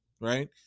right